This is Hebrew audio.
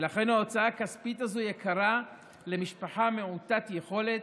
ולכן ההוצאה הכספית הזו יקרה למשפחה מעוטת יכולת,